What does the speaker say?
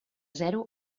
zero